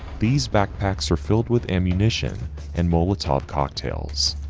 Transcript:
these backpacks are filled with ammunition and molotov cocktails.